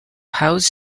house